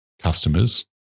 customers